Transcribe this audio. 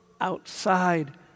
outside